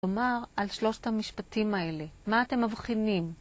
כלומר, על שלושת המשפטים האלה. מה אתם מבחינים?